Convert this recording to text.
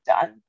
done